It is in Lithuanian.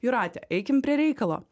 jūrate eikim prie reikalo